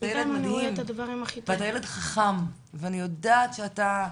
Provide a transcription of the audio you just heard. אתה ילד מדהים ואתה ילד חכם ואני יודעת שאתה,